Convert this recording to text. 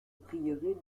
prieuré